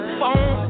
phone